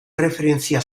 erreferentzia